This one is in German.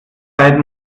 zeit